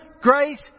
grace